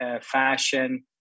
fashion